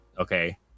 okay